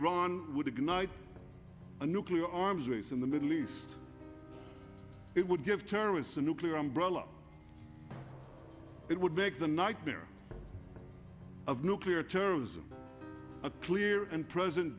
iran would ignite a nuclear arms race in the middle east it would give terrorists a nuclear umbrella it would make the nightmare of nuclear terrorism a clear and present